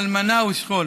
"אלמנה" ו"שכול".